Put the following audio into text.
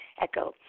Echo